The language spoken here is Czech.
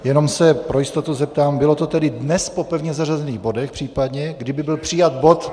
Jenom se pro jistotu zeptám, bylo to tedy dnes po pevně zařazených bodech, případně, kdyby byl přijat bod...